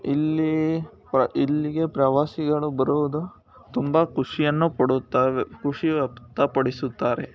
ಇಲ್ಲಿ ಪ್ರ ಇಲ್ಲಿಗೆ ಪ್ರವಾಸಿಗಳು ಬರುವುದು ತುಂಬ ಖುಷಿಯನ್ನು ಪಡುತ್ತವೆ ಖುಷಿ ವ್ಯಕ್ತಪಡಿಸುತ್ತಾರೆ